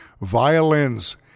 violins